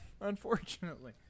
unfortunately